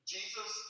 Jesus